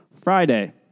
Friday